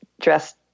dressed